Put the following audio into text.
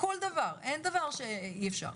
אין דבר שאי אפשר.